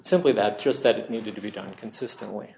simply that just that it needed to be done consistently